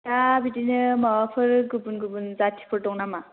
दा बिदिनो माबाफोर गुबुन गुबुन जाथिफोर दं नामा